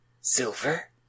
Silver